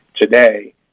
today